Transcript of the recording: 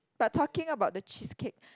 but talking about the cheesecake